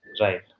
Right